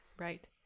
Right